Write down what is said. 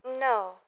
No